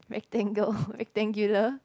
rectangle rectangular